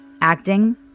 Acting